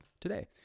today